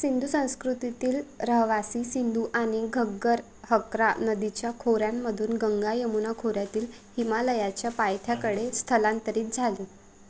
सिंधू संस्कृतीतील रहिवासी सिंधू आणि घग्गर हकरा नदीच्या खोऱ्यांमधून गंगा यमुना खोऱ्यातील हिमालयाच्या पायथ्याकडे स्थलांतरित झाले